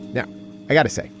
now i got to say.